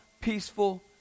peaceful